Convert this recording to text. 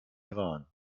iran